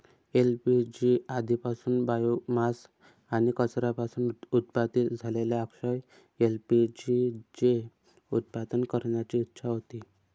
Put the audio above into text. LPG आधीपासूनच biomass आणि कचऱ्यापासून उत्पादित झालेल्या अक्षय एल.पी.जी चे उत्पादन करण्याची इच्छा होती